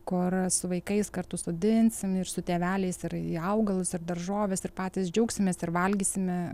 ku su vaikais kartu sodinsim ir su tėveliais ir į augalus ar daržovės ir patys džiaugsimės ir valgysime